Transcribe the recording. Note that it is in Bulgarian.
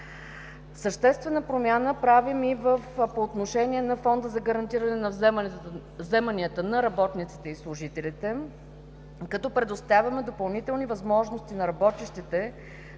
Съществена промяна правим и по отношение на Фонда за гарантиране на вземанията на работниците и служителите, като предоставяме допълнителни възможности на работещите